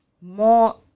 more